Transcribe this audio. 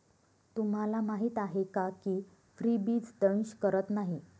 तुम्हाला माहीत आहे का की फ्रीबीज दंश करत नाही